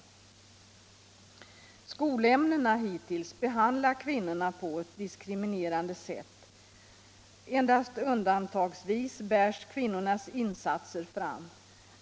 m.m. Skolämnena har hittills behandlat kvinnorna på ett diskriminerande sätt. Endast undantagsvis bärs kvinnornas insatser fram.